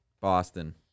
Boston